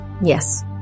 Yes